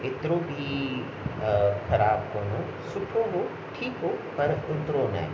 एतिरो बि ख़राबु कोन हुओ सुठो हुओ ठीकु हुओ पर ओतिरो न आहे